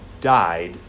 died